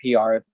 PR